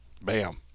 bam